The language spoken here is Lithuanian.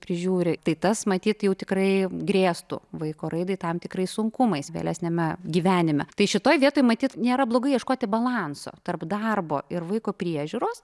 prižiūri tai tas matyt jau tikrai grėstų vaiko raidai tam tikrais sunkumais vėlesniame gyvenime tai šitoj vietoj matyt nėra blogai ieškoti balanso tarp darbo ir vaiko priežiūros